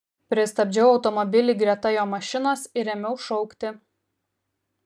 pristabdžiau automobilį greta jo mašinos ir ėmiau šaukti